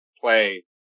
play